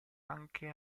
anche